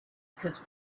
because